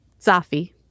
Zafi